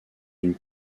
une